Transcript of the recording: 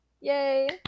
Yay